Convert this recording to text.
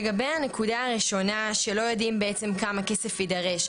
לגבי הנקודה הראשונה שלא יודעים בעצם כמה כסף יידרש,